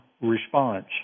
response